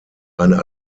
eine